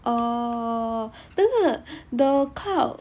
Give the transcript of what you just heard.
oh 等下 the cloud